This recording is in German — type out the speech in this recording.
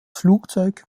flugzeug